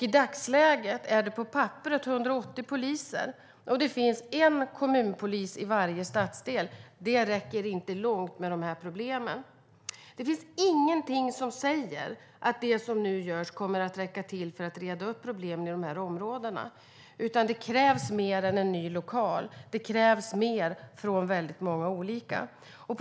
I dagsläget finns det på papperet 180 poliser, och det finns en kommunpolis i varje stadsdel. Det räcker inte långt med de här problemen. Det finns ingenting som säger att det som nu görs kommer att räcka till för att reda upp problemen i de här områdena. Det krävs mer än en ny lokal. Det krävs mer från väldigt många olika håll.